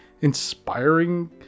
inspiring